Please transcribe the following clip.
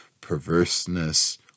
perverseness